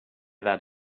that